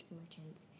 merchants